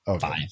five